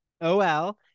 O-L